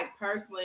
personally